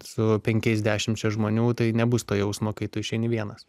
su penkiais dešimčia žmonių tai nebus to jausmo kai tu išeini vienas